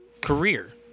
career